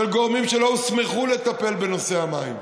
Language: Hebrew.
של גורמים שלא הוסמכו בנושא המים.